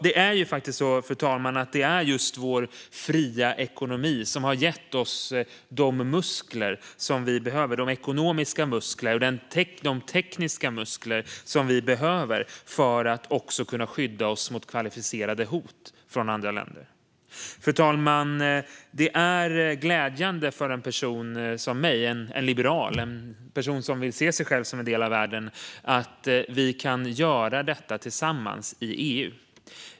Det är faktiskt så att det är just vår fria ekonomi som har gett oss de ekonomiska och tekniska muskler vi behöver för att också kunna skydda oss mot kvalificerade hot från andra länder. Fru talman! Det är glädjande för en person som jag - en liberal och någon som vill se sig själv som en del av världen - att vi kan göra detta tillsammans i EU.